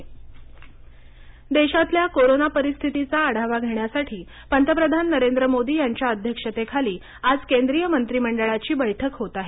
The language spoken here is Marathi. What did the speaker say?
मोदी बैठक देशातल्या कोरोना परिस्थितीचा आढावा घेण्यासाठी पंतप्रधान नरेंद्र मोदी यांच्या अध्यक्षतेखाली आज केंद्रीय मंत्रिमंडळाची बैठक होत आहे